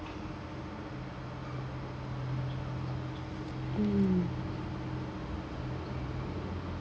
mm